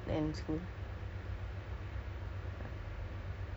ya lah I go town you know by the time you habis kerja